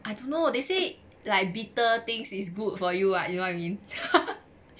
I don't know they say like bitter things is good for you [what] you know what I mean